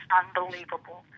unbelievable